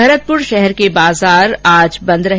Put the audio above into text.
भरतपुर शहर के बाजार आज बंद रहे